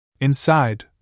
Inside